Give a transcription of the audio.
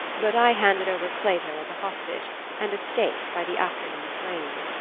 but i handed over plato as a hostage and escaped by the afternoon train.